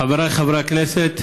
חבריי חברי הכנסת,